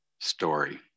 story